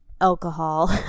alcohol